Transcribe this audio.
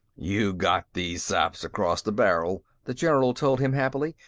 you got these saps across the barrel, the general told him happily.